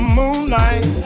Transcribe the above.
moonlight